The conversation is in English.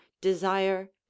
desire